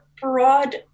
broad